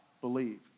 believe